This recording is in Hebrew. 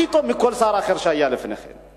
מכירה הכי טוב לעומת כל שר אחר שהיה לפני כן?